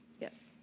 Yes